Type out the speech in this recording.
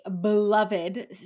beloved